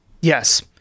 Yes